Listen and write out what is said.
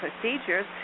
procedures